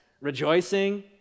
rejoicing